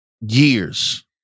years